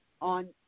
on